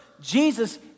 Jesus